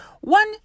one